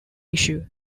issue